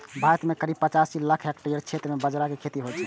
भारत मे करीब पचासी लाख हेक्टेयर क्षेत्र मे बाजरा के खेती होइ छै